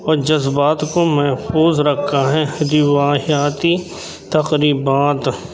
اور جذبات کو محفوظ رکھا ہے روایاتی تقریبات